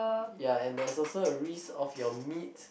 ya and there's also a risk of your meat